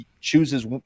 chooses